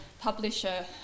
publisher